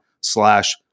slash